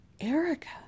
Erica